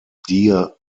deer